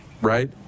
right